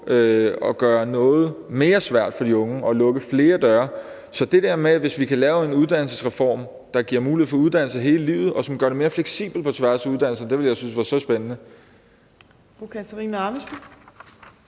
man gør noget mere svært for de unge og lukker flere døre. Så det der med, at hvis vi kan lave en uddannelsesreform, der giver mulighed for uddannelse hele livet, og som gør det mere fleksibelt på tværs af uddannelser, ville jeg synes var så spændende.